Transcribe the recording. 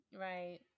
Right